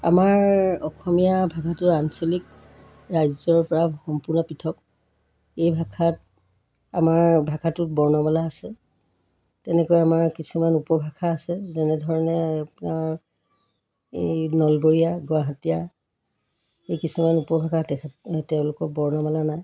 আমাৰ অসমীয়া ভাষাটো আঞ্চলিক ৰাজ্যৰপৰা সম্পূৰ্ণ পৃথক এই ভাষাত আমাৰ ভাষাটোত বৰ্ণমালা আছে তেনেকৈ আমাৰ কিছুমান উপভাষা আছে যেনেধৰণে আপোনাৰ এই নলবৰীয়া গুৱাহাটীয়া এই কিছুমান উপভাষা তেখেত তেওঁলোকৰ বৰ্ণমালা নাই